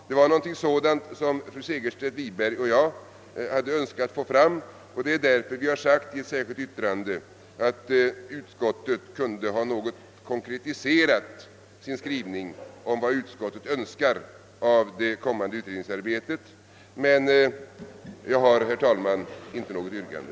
Det var bland annat detta som fru Segerstedt Wiberg och jag önskade få understrukit och därför har vi i ett särskilt yttrande framhållit, att utskottet något kunde ha konkretiserat sin skrivning om vad det önskar av det kommande utredningsarbetet. Jag har, herr talman, emellertid inget yrkande.